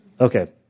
Okay